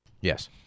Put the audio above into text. Yes